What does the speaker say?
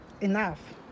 enough